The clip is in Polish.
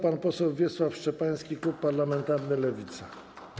Pan poseł Wiesław Szczepański, klub parlamentarny Lewica.